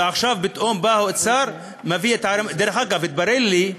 ועכשיו פתאום בא האוצר, מביא, דרך אגב, התברר לי,